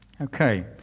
Okay